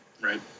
Right